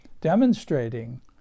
demonstrating